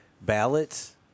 ballots